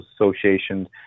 associations